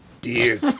Dear